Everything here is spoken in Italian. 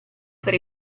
per